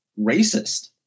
racist